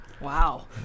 Wow